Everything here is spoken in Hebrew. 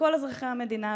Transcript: לכל אזרחי המדינה,